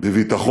בביטחון,